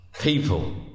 people